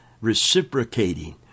reciprocating